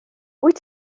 wyt